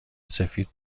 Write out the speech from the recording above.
سفید